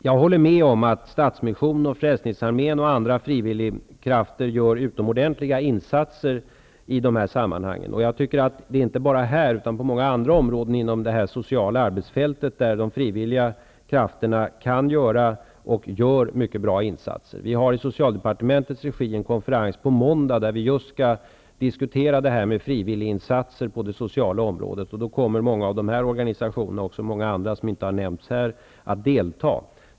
Jag håller med om att Stadsmissionen, Frälsningsarmén och andra frivilliga krafter gör utomordentliga insatser i de här sammanhangen, och det är inte bara på de här områdena utan även på många andra områden inom det social arbetsfältet som de frivillliga krafterna kan göra, och gör, mycket bra insatser. På måndag har vi i socialdepartementets regi en konferens där vi skall diskutera just frivilliginsatser på det sociala området. Vid den konferensen kommer många av de här organisationerna och många andra organisationer som inte har nämnts här att delta.